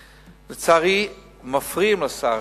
לצערי, מפריעים לשר.